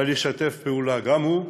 אבל ישתף פעולה, גם הוא,